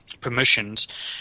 permissions